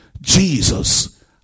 Jesus